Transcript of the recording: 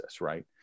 right